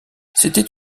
c’était